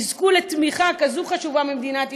יזכו לתמיכה כזאת חשובה ממדינת ישראל,